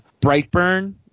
Brightburn